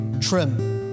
Trim